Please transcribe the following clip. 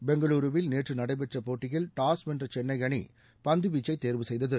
பெங்களூருவில் நேற்று நடைபெற்ற போட்டியில் டாஸ் வென்ற சென்ளை அணி பந்துவீச்சை தேர்வு செய்தது